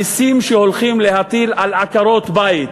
המסים שהולכים להטיל על עקרות-בית,